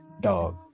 dog